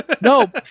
No